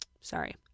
sorry